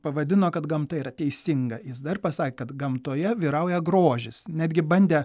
pavadino kad gamta yra teisinga jis dar pasakė kad gamtoje vyrauja grožis netgi bandę